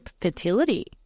fertility